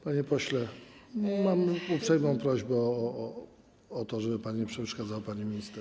Panie pośle, mam uprzejmą prośbę o to, żeby pan nie przeszkadzał pani minister.